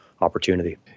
opportunity